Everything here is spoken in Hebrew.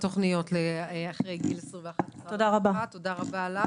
אז את שואלת על ועדת החקירה ועל תוכניות אחרי גיל 21. תודה רבה לך.